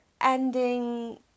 ending